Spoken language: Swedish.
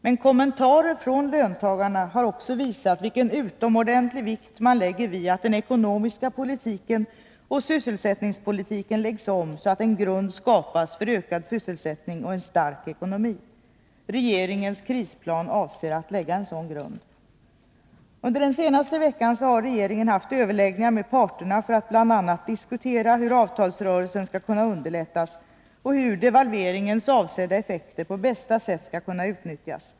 Men kommentarer från löntagarna har också visat vilken utomordentlig vikt man lägger vid att den ekonomiska politiken och sysselsättningspolitiken läggs om, så att en grund skapas för ökad sysselsättning och en stark ekonomi. Regeringens krisplan avser att lägga en sådan grund. Under den senaste veckan har regeringen haft överläggningar med parterna för att bl.a. diskutera hur avtalsrörelsen skall kunna underlättas och hur devalveringens avsedda effekter på bästa sätt skall kunna utnyttjas.